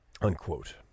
Unquote